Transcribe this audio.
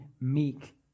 meek